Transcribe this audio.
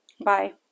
Bye